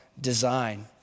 design